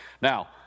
Now